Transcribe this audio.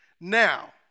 Now